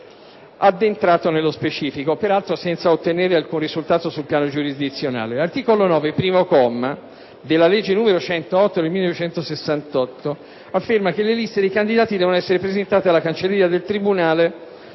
addentrato nello specifico (peraltro senza ottenere alcun risultato sul piano giurisdizionale). L'articolo 9, comma 1, della legge n. 108 del 1968 afferma che le liste dei candidati «devono essere presentate alla cancelleria del tribunale